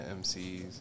MCs